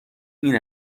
این